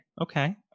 Okay